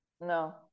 No